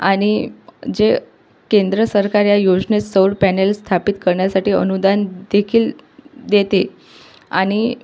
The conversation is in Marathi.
आणि जे केंद्र सरकार या योजने सौर पॅनल स्थापित करण्यासाठी अनुदान देखील देते आणि